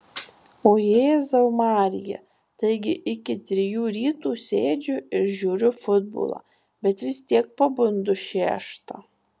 o jėzau marija taigi iki trijų ryto sėdžiu ir žiūriu futbolą bet vis tiek pabundu šeštą